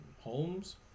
Holmes